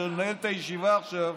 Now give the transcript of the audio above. שמנהל את הישיבה עכשיו,